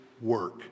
work